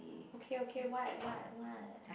okay okay what what what